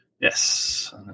yes